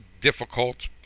difficult